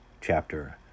Chapter